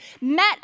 met